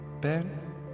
Ben